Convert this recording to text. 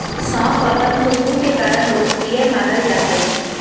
सौंफ अपन खुशबू के कारण लोकप्रिय मानल जा हइ